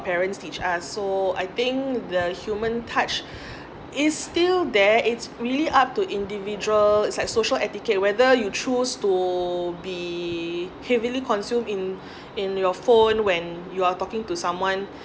parents teach us so I think the human touch is still there it's really up to individual it's like social etiquette whether you choose to be heavily consume in in your phone when you're talking to someone